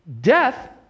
death